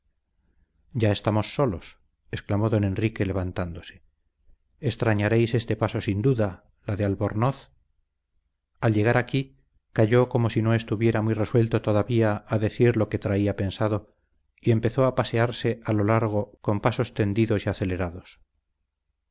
ya estamos solos exclamó don enrique levantándose extrañaréis este paso sin duda la de albornoz al llegar aquí calló como si no estuviera muy resuelto todavía a decir lo que traía pensado y empezó a pasearse a lo largo con pasos tendidos y acelerados